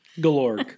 Galore